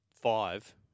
Five